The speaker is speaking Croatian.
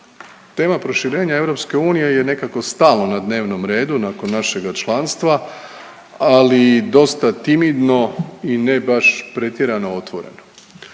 Tema proširenja EU je nekako stalno na dnevnom redu nakon našega članstva, ali dosta timidno i ne baš pretjerano otvoreno.